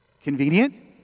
Convenient